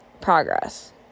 progress